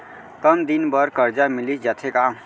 कम दिन बर करजा मिलिस जाथे का?